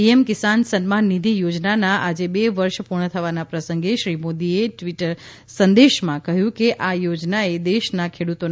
PM Kisan Samman Nidhi યોજનાના આજે બે વર્ષ પૂર્ણ થવાના પ્રસંગે શ્રી મોદીએ ટ્વીટર સંદેશમાં કહ્યું છે કે આ યોજનાએ દેશના ખેડૂતોના તા